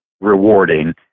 rewarding